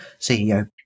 CEO